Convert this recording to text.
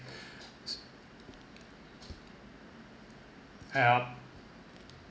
s~ yup